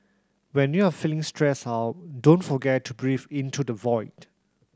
when you have feeling stressed out don't forget to breathe into the void